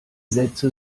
sätze